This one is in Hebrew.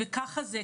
ולהגיד "ככה זה,